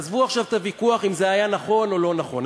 עזבו עכשיו את הוויכוח אם זה היה נכון או לא נכון,